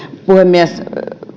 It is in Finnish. puhemies